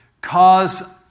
cause